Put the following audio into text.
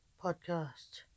podcast